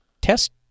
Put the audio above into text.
test